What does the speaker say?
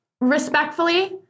respectfully